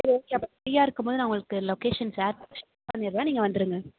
சரி ஓகே அப்போ ஃப்ரீயாக இருக்கும்போது நான் உங்களுக்கு லொகேஷன் ஷேர் பண்ணுறேன் நீங்கள் வந்துருங்க